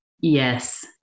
Yes